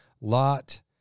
Lot